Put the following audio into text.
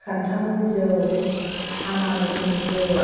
खान्थालनि जौ आनारसनि जौ